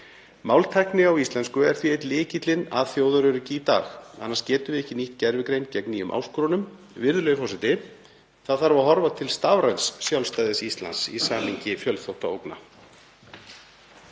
Máltækni á íslensku er því einn lykillinn að þjóðaröryggi í dag. Annars getum við ekki nýtt gervigreind gegn nýjum áskorunum. Virðulegi forseti. Það þarf að horfa til stafræns sjálfstæðis Íslands í samhengi fjölþáttaógna